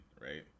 right